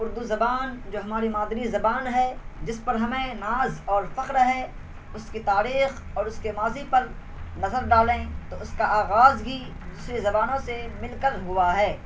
اردو زبان جو ہماری مادری زبان ہے جس پر ہمیں ناز اور فخر ہے اس کی تاریخ اور اس کے ماضی پر نظر ڈالیں تو اس کا آغاز ہی دوسری زبانوں سے مل کر ہوا ہے